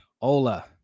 Hola